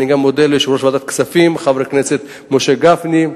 אני גם מודה ליושב-ראש ועדת הכספים חבר הכנסת משה גפני,